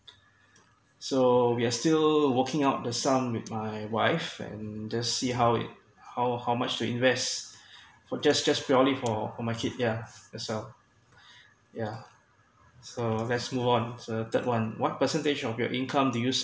so we are still working out the sum with my wife and just see how it how how much to invest for just just for only for my kid yeah that's all yeah so let's move on the third one what percentage of your income do you